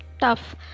tough